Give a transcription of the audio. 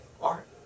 art